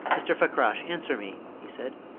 mr. fakrash, answer me, he said.